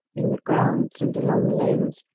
in the grounds and along the lanes,